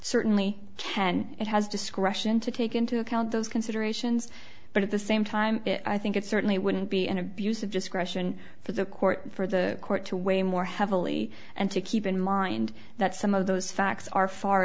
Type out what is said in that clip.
certainly can it has discretion to take into account those considerations but at the same time i think it certainly wouldn't be an abuse of discretion for the court for the court to weigh more heavily and to keep in mind that some of those facts are far